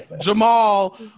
Jamal